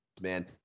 man